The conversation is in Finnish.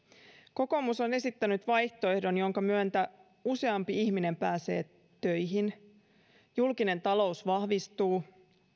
kokoomus on esittänyt vaihtoehdon jonka myötä useampi ihminen pääsee töihin julkinen talous vahvistuu